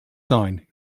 sign